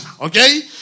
okay